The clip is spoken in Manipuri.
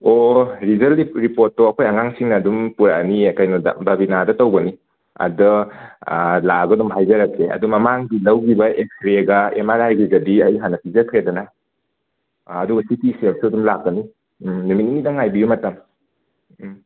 ꯑꯣ ꯔꯤꯖꯜ ꯔꯤ ꯔꯤꯄꯣꯔ꯭ꯠꯇꯣ ꯑꯩꯈꯣꯏ ꯑꯉꯥꯡꯁꯤꯡꯅ ꯑꯗꯨꯝ ꯄꯨꯔꯛꯑꯅꯤꯌꯦ ꯀꯩꯅꯣꯗ ꯕꯕꯤꯅꯥꯗ ꯇꯧꯕꯅꯤ ꯑꯗꯣ ꯂꯥꯛꯑꯒ ꯑꯗꯨꯝ ꯍꯥꯏꯖꯔꯛꯀꯦ ꯑꯗꯣ ꯃꯃꯥꯡꯒꯤ ꯂꯧꯈꯤꯕ ꯑꯦꯛꯁꯔꯦꯒ ꯑꯦꯝ ꯑꯥꯔ ꯑꯥꯏꯒꯤꯒꯗꯤ ꯑꯩ ꯍꯥꯟꯅ ꯄꯤꯖꯈ꯭ꯔꯦꯗꯅ ꯑꯗꯨꯒ ꯁꯤ ꯇꯤ ꯁ꯭ꯀꯦꯟꯁꯨ ꯑꯗꯨꯝ ꯂꯥꯛꯀꯅꯤ ꯅꯨꯃꯤꯠ ꯅꯤꯅꯤꯗꯪ ꯉꯥꯏꯕꯤꯌꯨ ꯃꯇꯝ